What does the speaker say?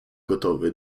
gotowy